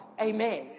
Amen